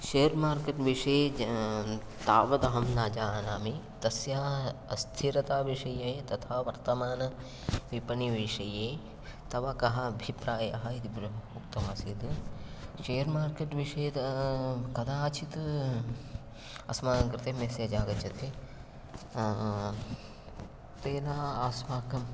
share market विषये ज तावदहं न जानामि तस्य अस्थिरताविषये तथा वर्तमानविपणिविषये तव कः अभिप्रायः इति ब्रु उक्तमासीत् शेर् मार्केट् विषये कदाचित् अस्माकङ्कृते मेसेज् आगच्छति तेन अस्माकं